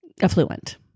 affluent